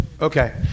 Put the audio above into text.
Okay